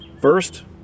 first